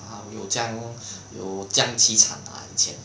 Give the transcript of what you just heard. ah 你有这样有这样凄惨 ah 以前